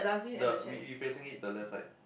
the we we facing it the left side